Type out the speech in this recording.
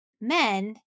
men